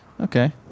Okay